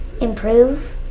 improve